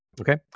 Okay